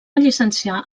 llicenciar